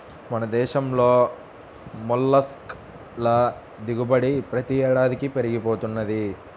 మన దేశంలో మొల్లస్క్ ల దిగుబడి ప్రతి ఏడాదికీ పెరిగి పోతున్నది